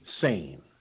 sane